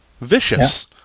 Vicious